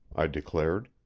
i declared.